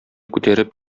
күтәреп